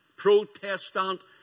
protestant